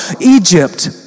Egypt